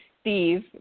Steve